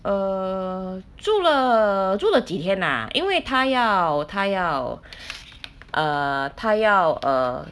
err 住了住了几天 lah 因为他要他要他要 err